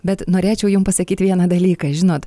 bet norėčiau jum pasakyt vieną dalyką žinot